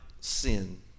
sin